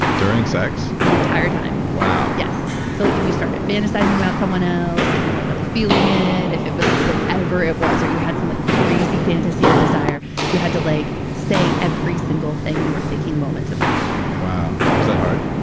during sex? the entire time. wow. yes. so like if you started fantasizing about someone else, if you weren't really feeling it, if it was. like whatever it was. or you had some like crazy fantasy or desire you had to like say every single thing you were thinking moment to comment. wow. was that hard?